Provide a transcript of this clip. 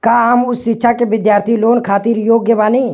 का हम उच्च शिक्षा के बिद्यार्थी लोन खातिर योग्य बानी?